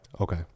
Okay